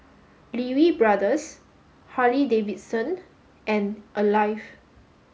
Lee Wee Brothers Harley Davidson and Alive